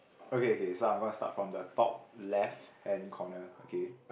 okay okay so I'm gonna start from the top left hand corner okay